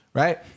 right